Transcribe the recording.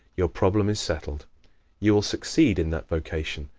your problem is settled you will succeed in that vocation.